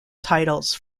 titles